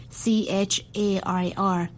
chair